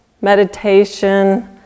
meditation